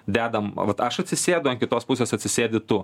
dedame vat aš atsisėdu ant kitos pusės atsisėdi tu